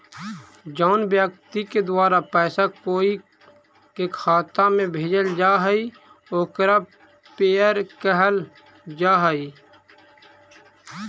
जउन व्यक्ति के द्वारा पैसा कोई के खाता में भेजल जा हइ ओकरा पेयर कहल जा हइ